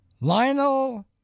Lionel